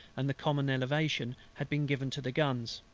and the common elevation, had been given to the guns